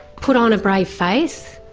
put on a brave face,